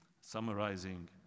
summarizing